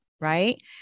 right